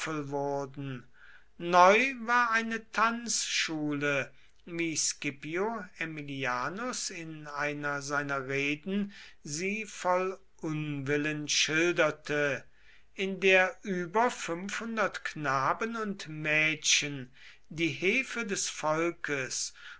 neu war eine tanzschule wie scipio aemilianus in einer seiner reden sie voll unwillen schildert in der über fünfhundert knaben und mädchen die hefe des volkes